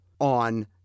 on